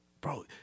Bro